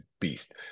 beast